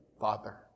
Father